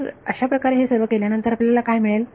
तर अशाप्रकारे हे सर्व केल्यानंतर आपल्याला काय मिळेल